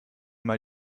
mal